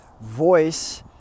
voice